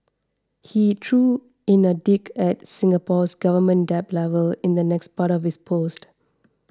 he threw in a dig at Singapore's government debt levels in the next part of his post